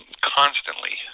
constantly